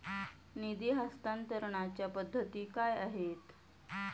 निधी हस्तांतरणाच्या पद्धती काय आहेत?